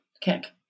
kick